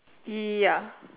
ya